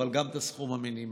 אבל גם את הסכום המינימלי,